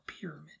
pyramid